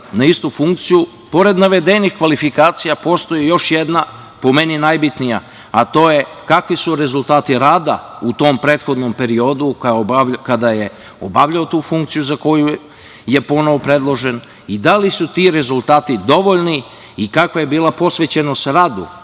na istu funkciju, pored navedenih kvalifikacija, postoji još jedna, po meni najbitnija, a to je kakvi su rezultati rada u tom prethodnom periodu kada je obavljao tu funkciju za koju je ponovo predložen, i da li su ti rezultati dovoljni i kakva je bila posvećenost radu